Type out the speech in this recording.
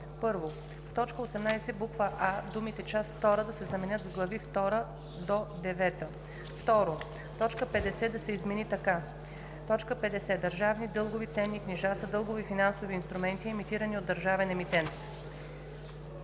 „1. В т. 18, буква „а“ думите „част втора“ да се заменят с „глави втора – девета“. 2. Точка 50 да се измени така: „50. Държавни дългови ценни книжа“ са дългови финансови инструменти, емитирани от държавен емитент.“